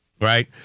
Right